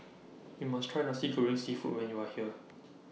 YOU must Try Nasi Goreng Seafood when YOU Are here